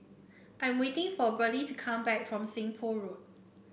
I'm waiting for Burley to come back from Seng Poh Road